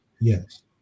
Yes